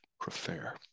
prefer